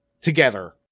together